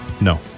No